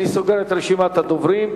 אני סוגר את רשימת הדוברים.